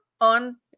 on